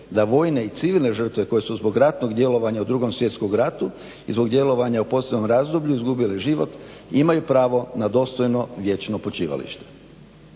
da vojne i civilne žrtve koje su zbog ratnog djelovanja u 2.svjetskom ratu i zbog djelovanja u poslijeratnom razdoblju izgubile život imaju pravo na dostojno vječno počivalište.